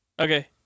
Okay